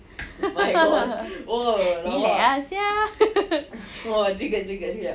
ya sia